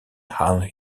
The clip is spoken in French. han